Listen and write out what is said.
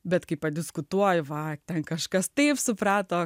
bet kai padiskutuoji va ten kažkas taip suprato